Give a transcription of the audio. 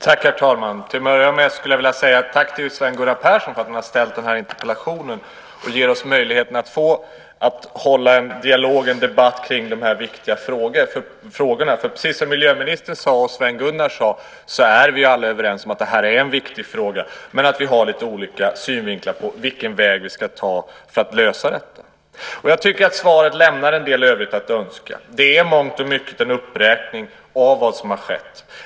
Herr talman! Till att börja med skulle jag vilja rikta ett tack till Sven Gunnar Persson för att han har ställt den här interpellationen och därmed gett oss möjlighet att ha en debatt om de här viktiga frågorna. Precis som både miljöministern och Sven Gunnar sade är vi alla överens om att det är en viktig fråga men att vi har lite olika syn på vilken väg vi ska ta för att lösa det hela. Jag tycker att svaret lämnar en del övrigt att önska. Det är i mångt och mycket en uppräkning av vad som har skett.